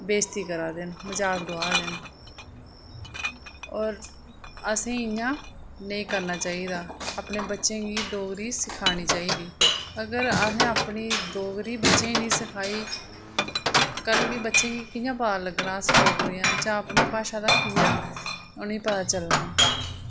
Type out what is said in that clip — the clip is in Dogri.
बेश्ती करा दे न मजाक डोआ दे न और असेंगी इयां नेईं तक्कना चाही दा अपने बच्चें गी डोगरी सखानी चाही दी अगर असें अपनी डोगरी बच्चें गी नी सखाई कल्ल गी बच्चे गी कियां पता लग्गना अस डोगरे आं अपनी भाशा दा उनेंगी कियां पता चलना